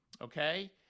okay